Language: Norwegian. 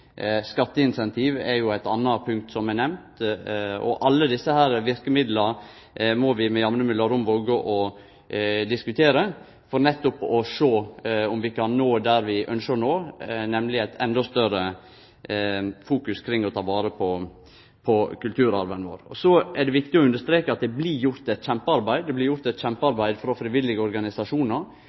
Skatteincentiv er eit anna punkt som er nemnt, og alle desse verkemidla må vi med jamne mellomrom våge å diskutere for å sjå om vi kan nå det vi ynskjer å nå, nemleg å få eit endå større fokus på å ta vare på kulturarven vår. Det er viktig å understreke at det blir gjort eit kjempearbeid. Det blir gjort eit kjempearbeid frå frivillige organisasjonar, enkeltpersonar og lokalsamfunn for